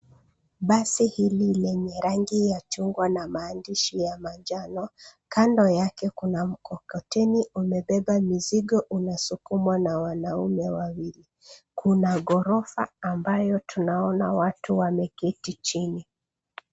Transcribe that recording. Basi hili lenye rangi ya chungwa na maandishi ya manjano, kando yake kuna mkokoteni umebeba mizigo unasukumwa na wanaume wawili. Kuna ghorofa ambayo tunaona watu wameketi chini.